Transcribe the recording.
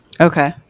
okay